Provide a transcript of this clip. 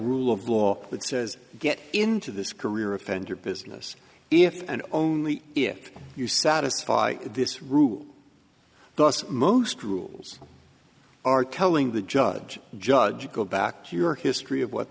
rule of law that says get into this career offender business if and only if you satisfy this rule thus most rules are telling the judge judge go back to your history of what